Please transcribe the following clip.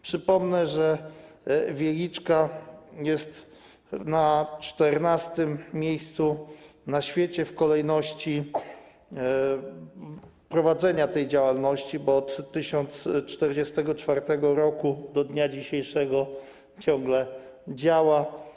Przypomnę, że Wieliczka jest na 14. miejscu na świecie w kolejności prowadzenia działalności, bo od 1044 r. do dnia dzisiejszego ciągle działa.